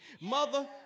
Mother